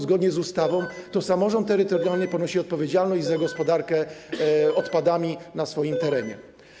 Zgodnie z ustawą to samorząd terytorialny ponosi odpowiedzialność za gospodarkę odpadami na swoim terenie.